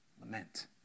Lament